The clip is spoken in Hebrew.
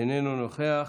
איננו נוכח,